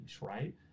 right